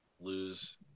lose